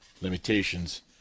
Limitations